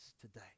today